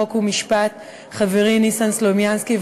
חוק ומשפט חברי ניסן סלומינסקי,